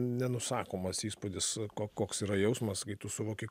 nenusakomas įspūdis ko koks yra jausmas kai tu suvoki